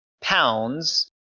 pounds